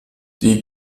die